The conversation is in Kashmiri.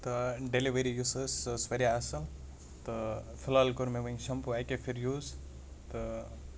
تہٕ ڈیٚلِؤری یۄس ٲس سۄ ٲس واریاہ اصٕل تہٕ ٲں فی الحال کوٚر مےٚ وُنہِ شَمپوٗ اَکے پھِرِ یوٗز تہٕ